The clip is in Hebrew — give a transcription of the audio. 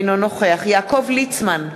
אינו נוכח יעקב ליצמן,